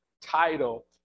title